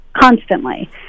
constantly